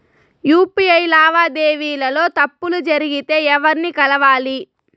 UPI లావాదేవీల లో తప్పులు జరిగితే ఎవర్ని కలవాలి?